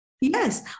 Yes